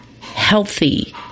healthy